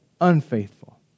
unfaithful